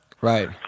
Right